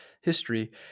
history